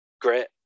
Great